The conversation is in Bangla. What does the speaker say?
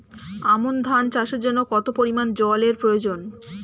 আমন ধান চাষের জন্য কত পরিমান জল এর প্রয়োজন?